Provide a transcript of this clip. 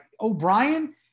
O'Brien